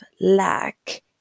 lack